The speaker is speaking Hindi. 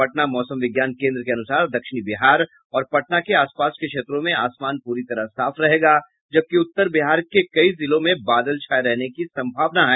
पटना मौसम विज्ञान केंद्र के अनुसार दक्षिणी बिहार और पटना के आसपास के क्षेत्रों में आसमान पूरी तरह साफ रहेगा जबकि उत्तर बिहार के कई जिलों में बादल छाये रहने की संभावना है